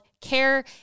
Care